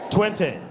Twenty